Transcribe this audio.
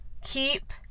keep